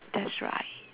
that's right